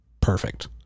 perfect